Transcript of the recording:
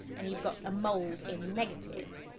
and you've got a mould in negative.